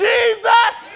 Jesus